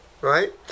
Right